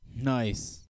Nice